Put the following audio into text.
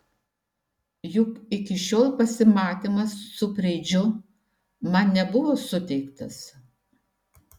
juk iki šiol pasimatymas su preidžiu man nebuvo suteiktas